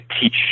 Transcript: teach